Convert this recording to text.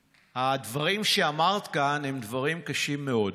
הדברים שאמרת כאן הם דברים קשים מאוד.